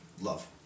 love